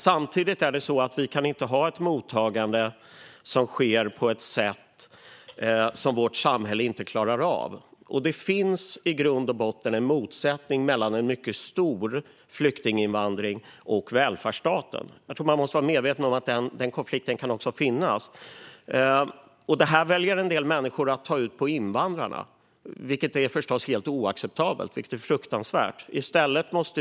Samtidigt kan vi inte ha ett mottagande som sker på ett sätt som vårt samhälle inte klarar av. Det finns i grund och botten en motsättning mellan en mycket stor flyktinginvandring och välfärdsstaten. Jag tror att man måste vara medveten om att den konflikten kan finnas. Detta väljer en del människor att ta ut på invandrarna, vilket förstås är helt oacceptabelt och fruktansvärt.